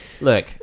Look